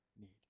need